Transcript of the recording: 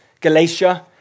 Galatia